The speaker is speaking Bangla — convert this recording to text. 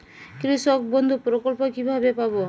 কৃষকবন্ধু প্রকল্প কিভাবে পাব?